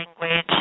language